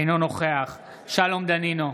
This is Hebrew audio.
אינו נוכח שלום דנינו,